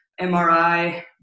MRI